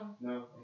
No